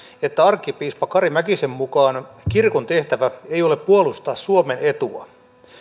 että arkkipiispa kari mäkisen mukaan kirkon tehtävä ei ole puolustaa suomen etua